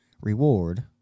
reward